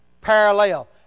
Parallel